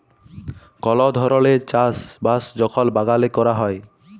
call ধরলের চাষ বাস যখল বাগালে ক্যরা হ্যয়